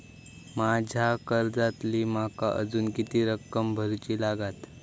माझ्या कर्जातली माका अजून किती रक्कम भरुची लागात?